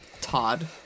Todd